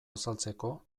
azaltzeko